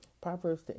Proverbs